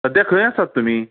सद्या खंय आसात तुमी